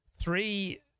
three